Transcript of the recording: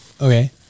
Okay